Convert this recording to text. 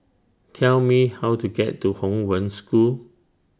Tell Me How to get to Hong Wen School